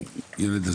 ילד,